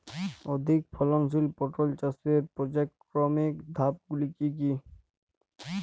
অধিক ফলনশীল পটল চাষের পর্যায়ক্রমিক ধাপগুলি কি কি?